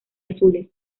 azules